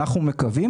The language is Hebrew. כך אנחנו מקווים,